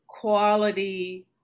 quality